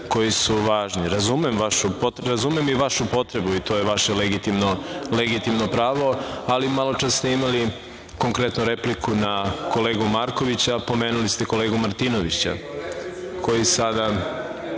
koji su važni. Razumem i vašu potrebu i to je vaše legitimno pravo, ali maločas ste imali konkretnu repliku na kolegu Markovića, pomenuli ste kolegu Martinovića, koji sada